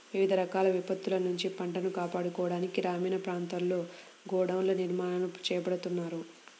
వివిధ రకాల విపత్తుల నుంచి పంటను కాపాడుకోవడానికి గ్రామీణ ప్రాంతాల్లో గోడౌన్ల నిర్మాణాలను చేపడుతున్నారు